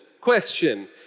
question